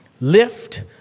lift